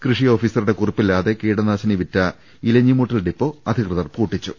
കൃഷി ഓഫീസറുടെ കുറി പ്പില്ലാതെ കീടനാശിനി വിറ്റ ഇലഞ്ഞിമൂട്ടിൽ ഡിപ്പോ അധികൃതർ പൂട്ടിച്ചു